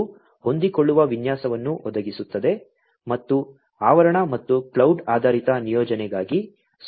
ಇದು ಹೊಂದಿಕೊಳ್ಳುವ ವಿನ್ಯಾಸವನ್ನು ಒದಗಿಸುತ್ತದೆ ಮತ್ತು ಆವರಣ ಮತ್ತು ಕ್ಲೌಡ್ ಆಧಾರಿತ ನಿಯೋಜನೆಗಾಗಿ ಸೌಲಭ್ಯವನ್ನು ನೀಡುತ್ತದೆ